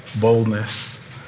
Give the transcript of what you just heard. boldness